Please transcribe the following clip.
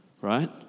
Right